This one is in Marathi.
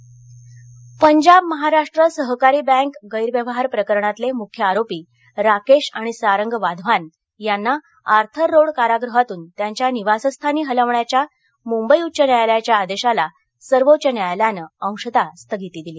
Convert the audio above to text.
पीएमसी स्थगिती पंजाब महाराष्ट्र सहकारी बँक गैरव्यवहार प्रकरणातले मुख्य आरोपी राकेश आणि सारंग वाधवान यांना आर्थर रोड कारागृहातून त्यांच्या निवासस्थानी हलवण्याच्या मुंबई उच्च न्यायालयाच्या आदेशाला सर्वोच्च न्यायालयानं काल अंशतः स्थगिती दिली